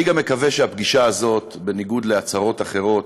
אני גם מקווה שהפגישה הזאת, בניגוד להצהרות אחרות,